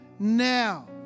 Now